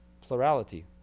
plurality